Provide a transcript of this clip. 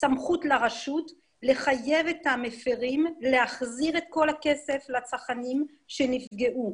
סמכות לרשות לחייב את המפרים להחזיר את כל הכסף לצרכנים שנפגעו,